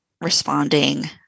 responding